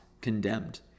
condemned